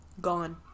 gone